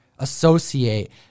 associate